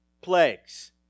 plagues